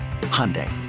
Hyundai